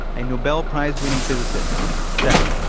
a nobel prize winning physicist, said,